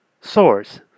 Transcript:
source